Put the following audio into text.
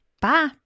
Bye